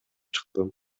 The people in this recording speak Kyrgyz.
чыктым